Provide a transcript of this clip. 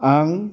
आं